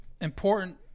important